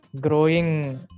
growing